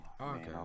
okay